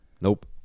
nope